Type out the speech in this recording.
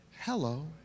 Hello